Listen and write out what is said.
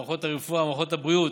במערכות הרפואה ובמערכות הבריאות.